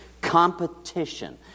competition